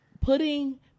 putting